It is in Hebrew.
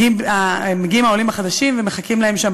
מגיעים העולים החדשים ומחכים להם שם,